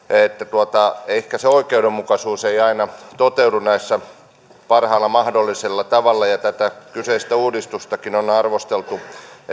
ehkä se oikeudenmukaisuus ei aina toteudu näissä parhaalla mahdollisella tavalla ja tätä kyseistä uudistustakin on arvosteltu että